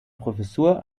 professur